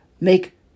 make